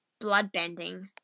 Bloodbending